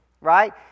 right